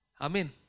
Amen